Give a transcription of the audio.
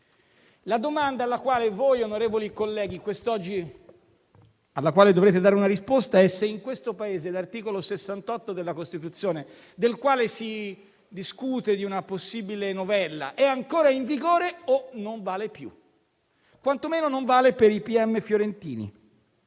La domanda alla quale voi, onorevoli colleghi, quest'oggi dovete dare una risposta è se in questo Paese l'articolo 68 della Costituzione, del quale si discute una possibile novella, è ancora in vigore o non vale più. Quantomeno non vale per i pm fiorentini.